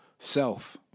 Self